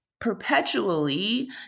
perpetually